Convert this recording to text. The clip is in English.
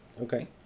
Okay